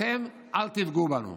אתם, אל תפגעו בנו.